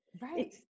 right